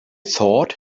thought